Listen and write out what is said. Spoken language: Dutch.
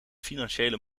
financiële